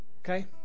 Okay